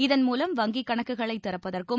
இதன்மூலம் வங்கிக் கணக்குகளை திறப்பதற்கும்